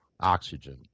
oxygen